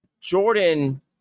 Jordan